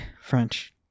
French